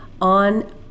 on